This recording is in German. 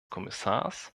kommissars